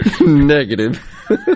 Negative